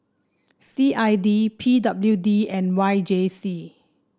C I D P W D and Y J C